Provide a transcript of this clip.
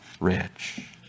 rich